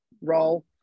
role